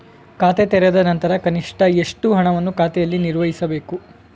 ಖಾತೆ ತೆರೆದ ನಂತರ ಕನಿಷ್ಠ ಎಷ್ಟು ಹಣವನ್ನು ಖಾತೆಯಲ್ಲಿ ನಿರ್ವಹಿಸಬೇಕು?